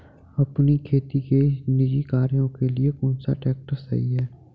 अपने खेती के निजी कार्यों के लिए कौन सा ट्रैक्टर सही है?